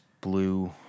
blue